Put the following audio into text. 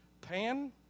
Pan